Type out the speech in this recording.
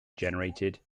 generated